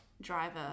driver